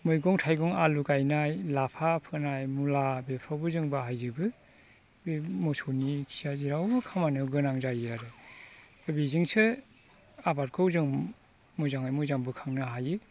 मैगं थाइगं आलु गायनाय लाफा फोनाय मुला बेफ्रावबो जों बाहाय जोबो बे मोसौनि खिया जेरावबो खामानियाव गोनां जायो आरो बेजोंसो आबादखौ जों मोजाङै मोजां बोखांनो हायो